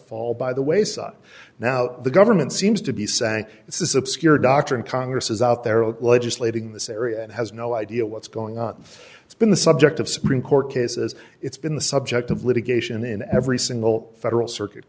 fall by the wayside now the government seems to be saying this is obscure doctrine congress is out there at legislating this area and has no idea what's going on it's been the subject of supreme court cases it's been the subject of litigation in every single federal circuit